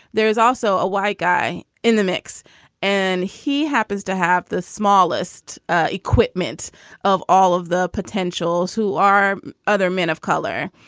there is also a white guy in the mix and he happens to have the smallest ah equipment of all of the potential's who are other men of color.